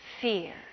Fear